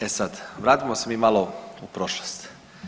E sad vratimo se mi malo u prošlost.